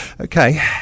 Okay